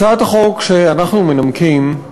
הצעת החוק שאנחנו מנמקים,